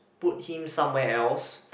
put him somewhere else